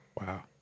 Wow